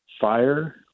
fire